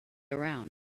around